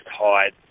hide